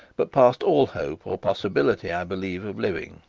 but past all hope, or possibility, i believe, of living.